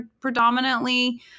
predominantly